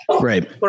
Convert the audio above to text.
right